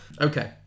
Okay